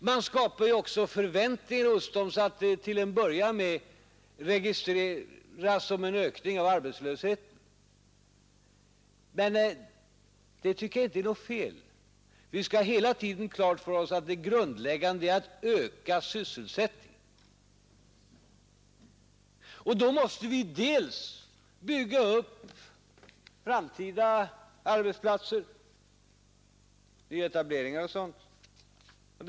Man skapar ju också förväntningar hos dem. Till att börja med registreras detta som en ökning av arbetslösheten, men det tycker jag inte är något fel. Vi skall hela tiden ha klart för oss att det grundläggande är att öka sysselsättningen. Då måste vi bygga upp framtida arbetsplatser, göra nyetableringar osv.